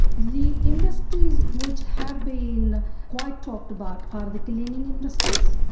the industries which have been quite talked about are the cleaning industries,